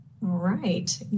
right